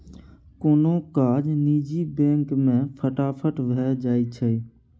कोनो काज निजी बैंक मे फटाफट भए जाइ छै